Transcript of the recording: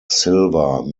silva